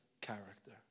character